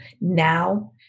now